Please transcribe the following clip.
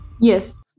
Yes